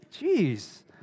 Jeez